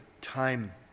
time